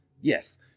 yes